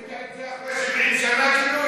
גילית את זה אחרי 70 שנה,